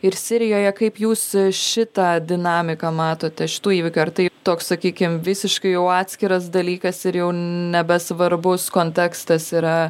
ir sirijoje kaip jūs šitą dinamiką matote šitų įvykių ar tai toks sakykim visiškai jau atskiras dalykas ir jau nebesvarbus kontekstas yra